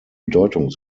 bedeutung